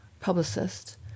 publicist